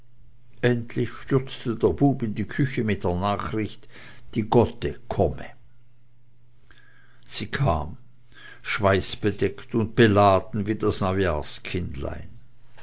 endlich stürzte der bub in die küche mit der nachricht die gotte komme sie kam schweißbedeckt und beladen wie das